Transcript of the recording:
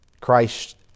Christ